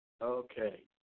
Okay